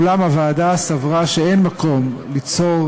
ואולם הוועדה סברה שאין מקום ליצור